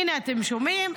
הינה אתם שומעים,